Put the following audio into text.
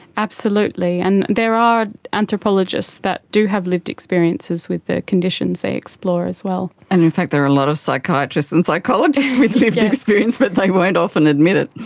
absolutely, and there are anthropologists that do have lived experiences with the conditions they explore as well. and in fact there are a lot of psychiatrists and psychologists with the lived experience but they won't often admit it.